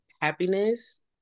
happiness